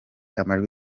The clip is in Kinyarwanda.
amajwi